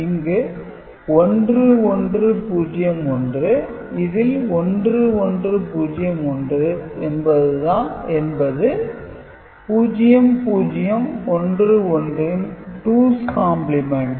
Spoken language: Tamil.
இங்கு 1 1 0 1 இதில் 1 1 0 1 என்பது 0 0 1 1 ன் 2's காம்பிளிமெண்ட்